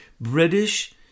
British